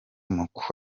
muku